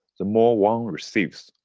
the more one receives.